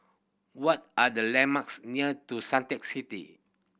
what are the landmarks near Suntec City